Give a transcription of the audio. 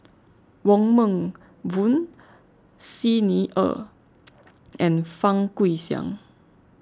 Wong Meng Voon Xi Ni Er and Fang Guixiang